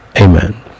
Amen